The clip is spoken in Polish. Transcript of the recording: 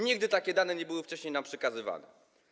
Nigdy takie dane nie były wcześniej nam przekazywane.